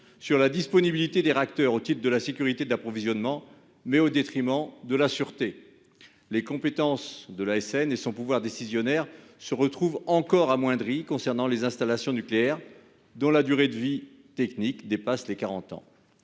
sur la disponibilité des réacteurs au titre de la sécurité d'approvisionnement, au détriment de la sûreté. Les compétences de l'ASN et son pouvoir décisionnaire en sont encore amoindris, s'agissant des installations nucléaires dont la durée de vie technique dépasserait ainsi